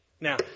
Now